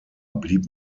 blieb